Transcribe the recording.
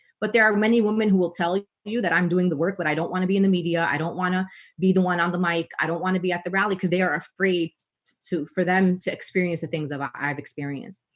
but there are many women who will tell you you that i'm doing the work but i don't want to be in the media. i don't want to be the one on the mic i don't want to be at the rally because they are afraid to to for them to experience the things about i've experienced.